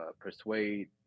persuade